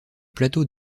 plateau